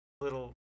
little